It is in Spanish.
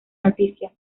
noticia